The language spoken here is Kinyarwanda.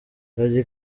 gangi